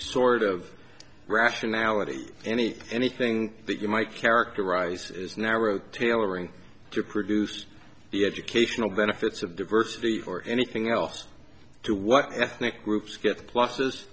sort of rationality any anything that you might characterize as narrow tailoring to produce the educational benefits of diversity or anything else to what ethnic groups get pluses